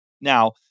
Now